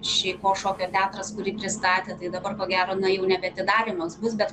šeiko šokio teatras pristatė tai dabar ko gero na jau nebe atidarymas bus bet